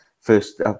first